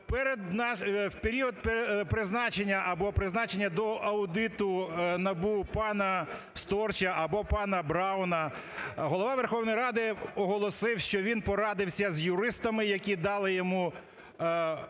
або призначення до аудиту НАБУ пана Сторча або пана Брауна Голова Верховної Ради оголосив, що він порадився з юристами, які дали йому, в